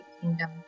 Kingdom